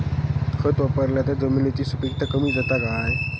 खत वापरला तर जमिनीची सुपीकता कमी जाता काय?